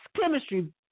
chemistry